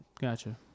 Gotcha